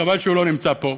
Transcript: חבל שהוא לא נמצא פה.